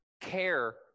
care